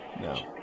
No